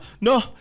No